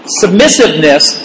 submissiveness